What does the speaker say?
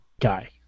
guy